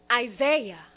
Isaiah